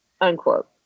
unquote